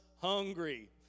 hungry